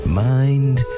mind